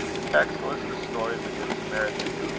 the text was the story of the good samaritan.